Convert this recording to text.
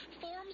Forms